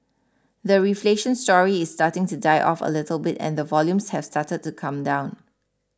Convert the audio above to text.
the reflation story is starting to die off a little bit and the volumes have started to come down